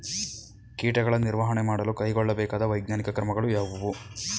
ಕೀಟಗಳ ನಿರ್ವಹಣೆ ಮಾಡಲು ಕೈಗೊಳ್ಳಬೇಕಾದ ವೈಜ್ಞಾನಿಕ ಕ್ರಮಗಳು ಯಾವುವು?